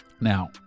now